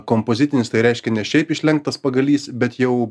kompozitinis tai reiškia ne šiaip išlenktas pagalys bet jau